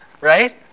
right